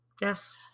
Yes